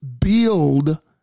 build